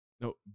No